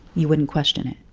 you wouldn't question it